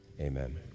amen